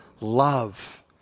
love